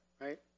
right